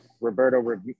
Roberto